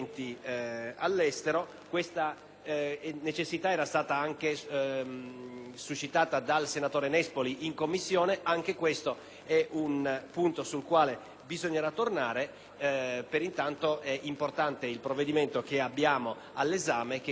anche dal senatore Nespoli in Commissione: anche questo è un punto sul quale bisognerà tornare. Per intanto è importante varare il provvedimento all'esame, che comunque rappresenta, sia pure soltanto per questa scadenza, una importante agevolazione